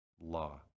law